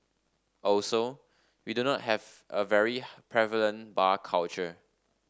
also we do not have a very prevalent bar culture